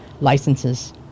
licenses